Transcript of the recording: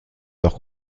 alors